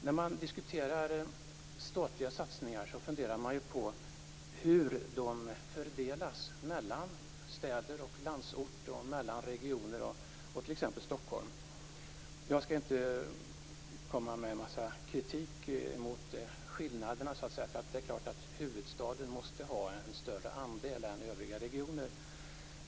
När man diskuterar statliga satsningar funderar man på hur de fördelas mellan städer och landsort och mellan regioner och t.ex. Stockholm. Jag skall inte komma med en massa kritik mot skillnaderna, för det är klart att huvudstaden måste ha en större andel än övriga regioner.